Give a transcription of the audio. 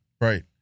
right